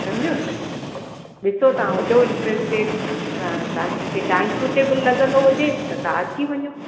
समुझिव ॾिसो तव्हां हुजो इंटिरस्टेड त तव्हां खे टाईम सूटेबल लॻंदो हुजे त तव्हां अची वञो